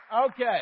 Okay